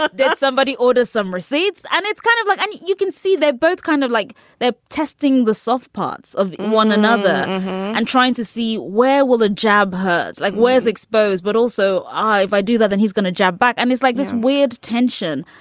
ah did somebody order some receipts? and it's kind of like you can see they're both kind of like they're testing the soft parts of one another and trying to see where will the jab hoods like, where's expose. but also, i if i do that, then he's gonna jab back. and it's like this weird tension.